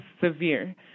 severe